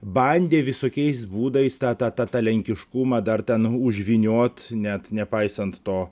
bandė visokiais būdais tą tą tą lenkiškumą dar ten užvyniot net nepaisant to